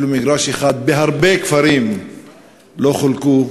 בהרבה כפרים אפילו מגרש אחד לא חילקו,